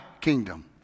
kingdom